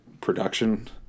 production